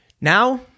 Now